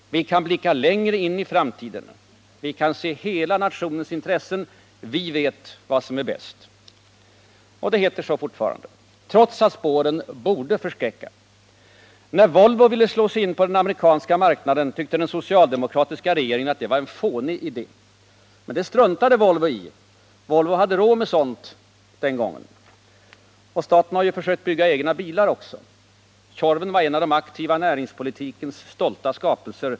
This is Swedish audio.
Vi kan blicka längre in i framtiden. Vi kan se till hela nationens intresse. Vi vet vad som är bäst. Och så heter det fortfarande. Trots att spåren borde förskräcka. När Volvo ville slå sig in på den amerikanska marknaden, tyckte den socialdemokratiska regeringen att det var en fånig idé. Men det struntade Volvo i. Volvo hade råd med sådant på den tiden. Och staten har ju försökt bygga egna bilar också. Tjorven var en av den aktiva näringspolitikens stolta skapelser.